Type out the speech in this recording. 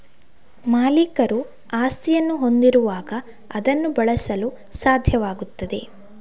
ಮಾಲೀಕರು ಆಸ್ತಿಯನ್ನು ಹೊಂದಿರುವಾಗ ಅದನ್ನು ಬಳಸಲು ಸಾಧ್ಯವಾಗುತ್ತದೆ